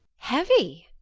heavy!